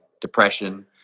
depression